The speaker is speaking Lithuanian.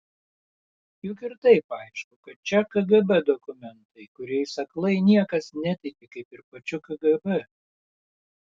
juk ir taip aišku kad čia kgb dokumentai kuriais aklai niekas netiki kaip ir pačiu kgb